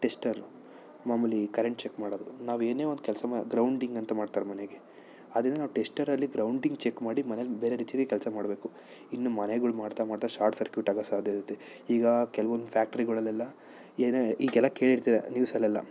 tester ಮಾಮೂಲಿ current check ಮಾಡೋದು ನಾವು ಏನೇ ಒಂದು ಕೆಲಸ ಮಾಡಿ ಗ್ರೌಂಡಿಂಗ್ ಅಂತ ಮಾಡ್ತಾರೆ ಮನೆಗೆ ಅದೇನೋ ನಾವು ಟೆಸ್ಟರಲ್ಲಿ ಗ್ರೌಂಡಿಂಗ್ ಚೆಕ್ ಮಾಡಿ ಮನೆಲ್ಲಿ ಬೇರೆ ರೀತಿಲ್ಲಿ ಕೆಲಸ ಮಾಡಬೇಕು ಇನ್ನು ಮನೆಗಳು ಮಾಡ್ತಾ ಮಾಡ್ತಾ ಶಾರ್ಟ್ ಸರ್ಕ್ಯೂಟ್ ಆಗೋ ಸಾಧ್ಯತೆ ಈಗ ಕೆಲವೊಂದು ಫ್ಯಾಕ್ಟರಿಗಳಲ್ಲೆಲ್ಲ ಏನೇ ಈಗೆಲ್ಲ ಕೇಳಿರ್ತೀರಿ ನ್ಯೂಸಲ್ಲೆಲ್ಲ